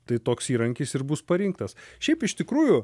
tai toks įrankis ir bus parinktas šiaip iš tikrųjų